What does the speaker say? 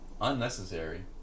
Unnecessary